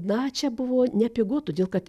na čia buvo nepigu todėl kad